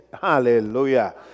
Hallelujah